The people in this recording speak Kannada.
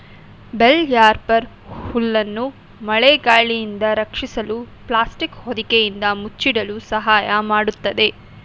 ಬೇಲ್ ರ್ಯಾಪರ್ ಹುಲ್ಲನ್ನು ಮಳೆ ಗಾಳಿಯಿಂದ ರಕ್ಷಿಸಲು ಪ್ಲಾಸ್ಟಿಕ್ ಹೊದಿಕೆಯಿಂದ ಮುಚ್ಚಿಡಲು ಸಹಾಯ ಮಾಡತ್ತದೆ